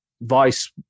Vice